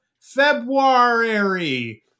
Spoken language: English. February